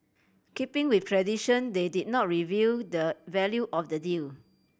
keeping with tradition they did not reveal the value of the deal